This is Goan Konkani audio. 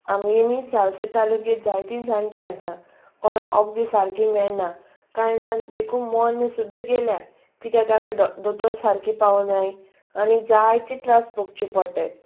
आमगेनी सालसेट तालुके जायती जाण्टी आसा कोणा गदें सारकी मेळना कांय जन देखून मोन सुद्दा गेल्या कित्याक तांकां दोतोर सारकी पळोवनाय आनी जायती त्रास भोगची पडटाय